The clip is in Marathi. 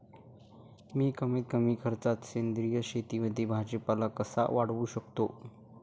मी कमीत कमी खर्चात सेंद्रिय शेतीमध्ये भाजीपाला कसा वाढवू शकतो?